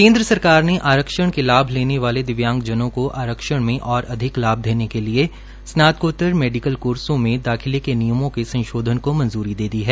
केन्द्र सरकार ने आरक्षण के लाभ लेने वाले दविव्यांग व्यक्तियों को आरक्षण में और अधिक लाभ देने के लिए स्नातकोतर मेडिकल कोर्सो में दाखिले के नियमों के संशोधन को मंजूरी दे दी है